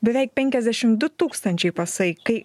beveik penkiasdešim du tūkstančiai pasai kai